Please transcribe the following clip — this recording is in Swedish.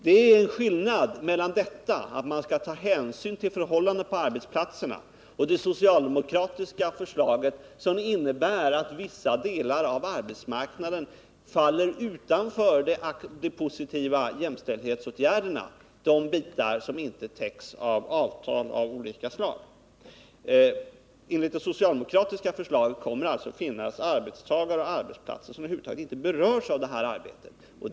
Det är en skillnad mellan att man skall ta hänsyn till förhållandena på arbetsplatserna och det socialdemokratiska förslaget, som innebär att vissa delar av arbetsmarknaden faller utanför de positiva jämställdhetsåtgärderna, de bitar som inte täcks av avtal av olika slag. Enligt det socialdemokratiska förslaget kommer det att finnas arbetstagare och arbetsplatser, som över huvud taget inte berörs av det här arbetet.